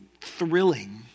thrilling